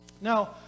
Now